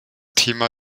thema